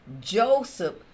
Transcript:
Joseph